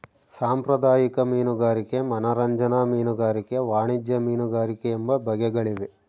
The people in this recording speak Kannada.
ಸಾಂಪ್ರದಾಯಿಕ ಮೀನುಗಾರಿಕೆ ಮನರಂಜನಾ ಮೀನುಗಾರಿಕೆ ವಾಣಿಜ್ಯ ಮೀನುಗಾರಿಕೆ ಎಂಬ ಬಗೆಗಳಿವೆ